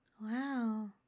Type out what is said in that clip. Wow